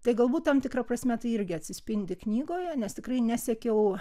tai galbūt tam tikra prasme tai irgi atsispindi knygoje nes tikrai nesekiau